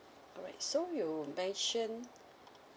alright so you mention